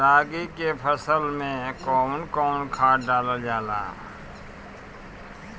रागी के फसल मे कउन कउन खाद डालल जाला?